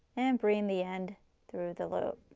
and bring the end through the loop.